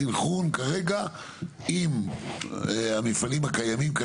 הסנכרון עם המפעלים הקיימים,